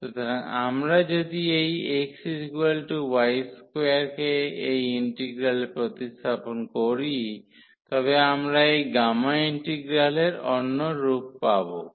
সুতরাং আমরা যদি এই xy2 কে এই ইন্টিগ্রালে প্রতিস্থাপন করি তবে আমরা এই গামা ইন্টিগ্রালের অন্য রূপ পাব